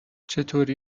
چطوری